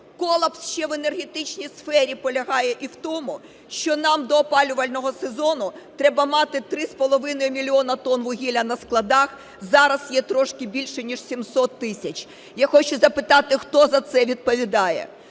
колапс ще в енергетичній сфері полягає і в тому, що нам до опалювального сезону треба мати 3,5 мільйона тонн вугілля на складах, зараз є трошки більше ніж 700 тисяч. Я хочу запитати, хто за це відповідає?